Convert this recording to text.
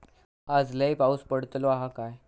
आज लय पाऊस पडतलो हा काय?